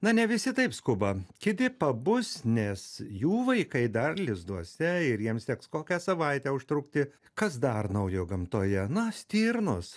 na ne visi taip skuba kiti pabus nes jų vaikai dar lizduose ir jiems teks kokią savaitę užtrukti kas dar naujo gamtoje na stirnos